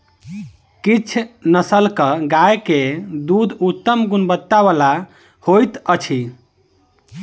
किछ नस्लक गाय के दूध उत्तम गुणवत्ता बला होइत अछि